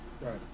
Right